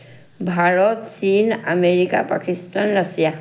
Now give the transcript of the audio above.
ভাৰত চীন America Pakistan Russia